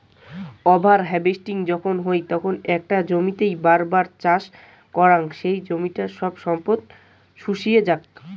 over harvesting তখন হই যখন একটা জমিতেই বার বার চাষ করাং সেই জমিটার সব সম্পদ শুষিয়ে যাক